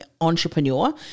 entrepreneur